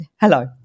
Hello